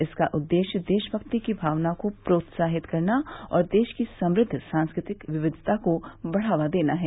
इसका उद्देश्य देशमक्ति की भावना को प्रोत्साहित करना और देश की समृद्व सांस्कृतिक विविधता को बढ़ावा देना है